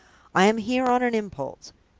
i am here on an impulse.